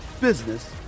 business